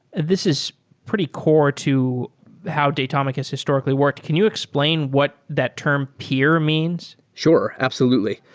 this is pretty core to how datomic has historically worked. can you explain what that term peer means? sure. absolutely.